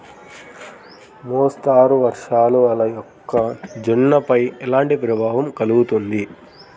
మోస్తరు వర్షాలు వల్ల మొక్కజొన్నపై ఎలాంటి ప్రభావం కలుగుతుంది?